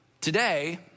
today